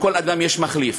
לכל אדם יש מחליף.